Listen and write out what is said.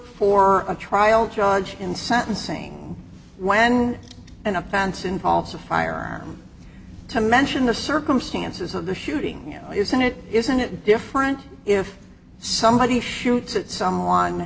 for a trial judge in sentencing when an offense involves a firearm to mention the circumstances of the shooting isn't it isn't it different if somebody shoots at someone